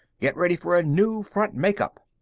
get ready for a new front make-up!